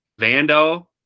Vando